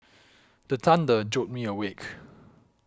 the thunder jolt me awake